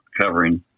covering